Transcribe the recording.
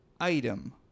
Item